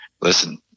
listen